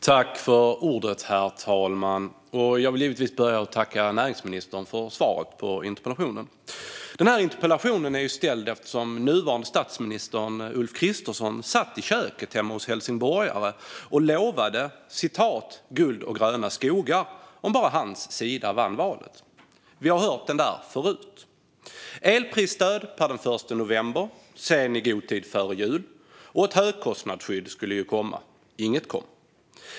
Herr talman! Jag vill givetvis börja med att tacka näringsministern för svaret på interpellationen. Den här interpellationen är ställd eftersom nuvarande statsminister Ulf Kristersson satt i köket hemma hos helsingborgare och lovade guld och gröna skogar om bara hans sida vann valet. Vi har hört den förut. Elprisstöd per den 1 november, sedan i god tid före jul, och ett högkostnadsskydd skulle komma. Inget kom.